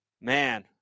Man